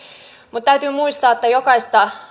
mutta täytyy muistaa että jokaista